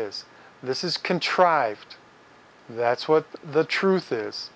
is this is contrived that's what the truth is